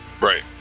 Right